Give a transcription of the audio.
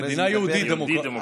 מדינה יהודית-דמוקרטית.